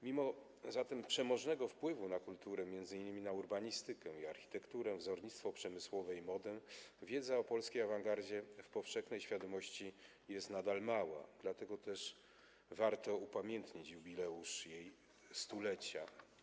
Mimo przemożnego wpływu na kulturę, m.in. urbanistykę i architekturę, wzornictwo przemysłowe i modę, wiedza o polskiej awangardzie w powszechnej świadomości jest nadal mała, dlatego też warto upamiętnić jubileusz jej 100-lecia.